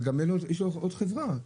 יש עוד חברה.